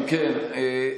אם כן,